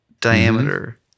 diameter